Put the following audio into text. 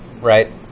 right